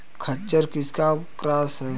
खच्चर किसका क्रास है?